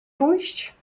pójść